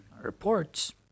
reports